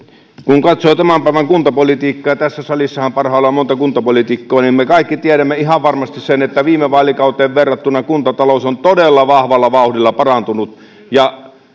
kun katsoo tämän päivän kuntapolitiikkaa ja tässä salissahan parhaillaan on monta kuntapoliitikkoa niin me kaikki tiedämme ihan varmasti sen että viime vaalikauteen verrattuna kuntatalous on todella vahvalla vauhdilla parantunut